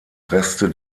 reste